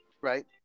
right